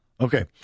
Okay